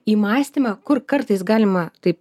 į mąstymą kur kartais galima taip